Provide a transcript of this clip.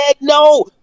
no